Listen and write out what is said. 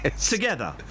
together